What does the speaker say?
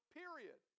period